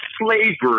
slavery